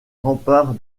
remparts